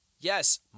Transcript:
yes